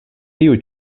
tiu